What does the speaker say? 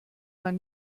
man